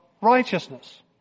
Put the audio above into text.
righteousness